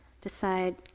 decide